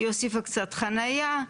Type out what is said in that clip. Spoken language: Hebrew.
היא הוסיפה קצת חניה,